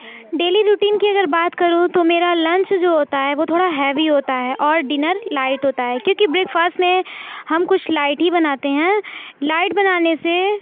daily routine کی اگر بات کروں تو میرا لنچ جو ہوتا ہے وہ تھوڑا ہیوی ہوتا ہے اور ڈنر لائٹ ہوتا ہے کیونکہ بریکفاسٹ میں ہم کچھ لائٹ ہی بناتے ہیں لائٹ بنانے سے